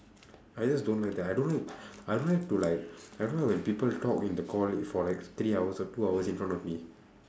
I just don't like that I don't know I don't like to like I don't like when people talk in the call for like three hours or two hours in front of me